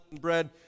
bread